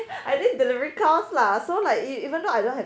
I think delivery counts lah so like even though I don't have